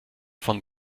von